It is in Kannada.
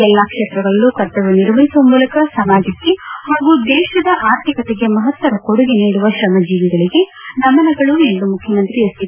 ಎಲ್ಲ ಕ್ಷೇತ್ರಗಳಲ್ಲೂ ಕರ್ತವ್ಯ ನಿರ್ವಹಿಸುವ ಮೂಲಕ ಸಮಾಜಕ್ಕೆ ಹಾಗೂ ದೇಶದ ಅರ್ಥಿಕತೆಗೆ ಮಹತ್ತರ ಕೊಡುಗೆ ನೀಡುವ ತ್ರಮಜೀವಿಗಳಿಗೆ ನಮನಗಳು ಎಂದು ಮುಖ್ಯಮಂತ್ರಿ ಎಚ್ ಡಿ